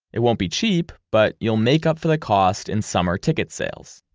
it won't be cheap, but you'll make up for the cost in summer ticket sales.